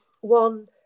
one